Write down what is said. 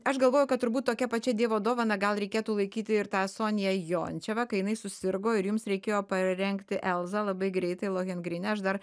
aš galvoju kad turbūt tokia pačia dievo dovana gal reikėtų laikyti ir tą sonją jončevą kai jinai susirgo ir jums reikėjo parengti elzą labai greitai lohengrine aš dar